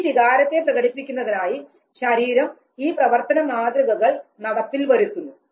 ഈ വികാരത്തെ പ്രകടിപ്പിക്കുന്നതിനായി ശരീരം ഈ പ്രവർത്തന മാതൃകകൾ നടപ്പിൽ വരുത്തുന്നു